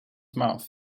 mouth